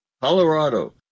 Colorado